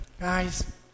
guys